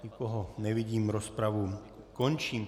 Nikoho nevidím, rozpravu končím.